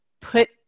put